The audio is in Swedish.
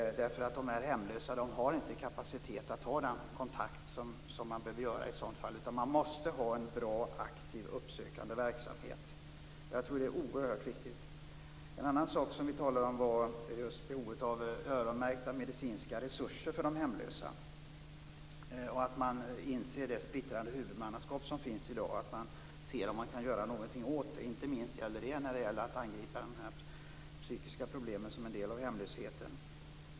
De hemlösa har nämligen inte kapacitet att ta den kontakt som behövs i ett sådant fall. Man måste ha en bra och aktiv uppsökande verksamhet. Jag tror att det är oerhört viktigt. En annan sak som vi talade om var just behovet av öronmärkta medicinska resurser för de hemlösa. Man måste inse att det är ett splittrat huvudmannaskap i dag och se om man kan göra något åt det. Inte minst gäller det i fråga om att angripa de psykiska problem som är en del av hemlösheten.